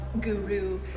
guru